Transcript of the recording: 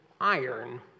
iron